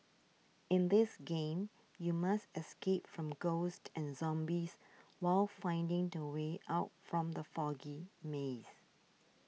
in this game you must escape from ghosts and zombies while finding the way out from the foggy maze